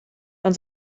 and